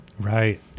Right